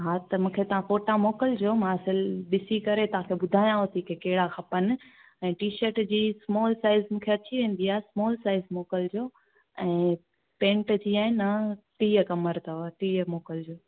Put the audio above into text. हा त मूंखे तव्हां फ़ोटा मोकिलिजो मां सिल ॾिसी करे तव्हांखे ॿुधायांव थी की कहिड़ा खपनि ऐं टीशर्ट जी स्मॉल साइज मूंखे अची वेंदी आहे स्मॉल साइज मोकिलिजो ऐं पेंट जीअं आहे न टीह कमर अथव टीह मोकिलिजो